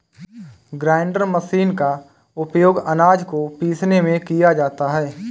grinder machine का उपयोग आनाज को पीसने में किया जाता है